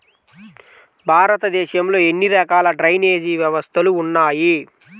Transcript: భారతదేశంలో ఎన్ని రకాల డ్రైనేజ్ వ్యవస్థలు ఉన్నాయి?